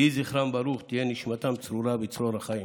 יהי זכרם ברוך, תהא נשמתם צרורה בצרור החיים.